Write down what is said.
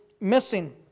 missing